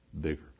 bigger